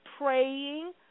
praying